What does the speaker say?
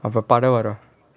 அப்போ பணம் வரும்:appo paanam varum